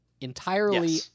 entirely